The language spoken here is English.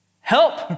help